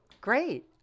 Great